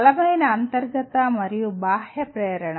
బలమైన అంతర్గత మరియు బాహ్య ప్రేరణ